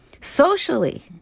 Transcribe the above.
socially